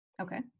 Okay